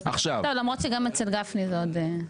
לא, למרות שגם אצל גפני זה עוד יותר טוב.